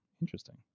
Interesting